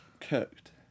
Cooked